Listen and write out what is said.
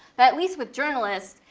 but at least with journalists,